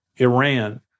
Iran